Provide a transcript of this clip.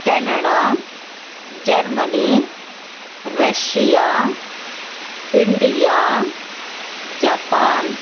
Canada Germany Russia India Japan